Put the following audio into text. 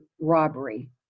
robbery